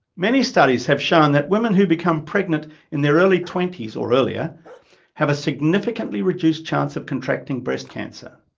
many studies have shown that women who become pregnant in their early twenties or earlier have a significantly reduced chance of contracting breast cancer.